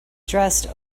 dressed